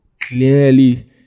clearly